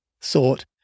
thought